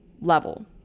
level